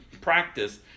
practice